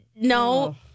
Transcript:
no